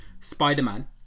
Spider-Man